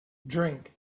drink